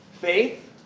Faith